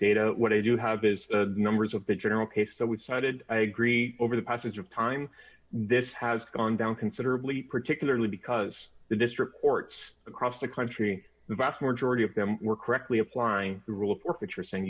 data what i do have is the numbers of the general case that we've cited i agree over the passage of time this has gone down considerably particularly because the district courts across the country the vast majority of them were correctly applying the rule forfeiture saying